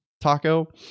taco